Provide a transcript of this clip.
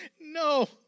No